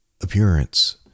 appearance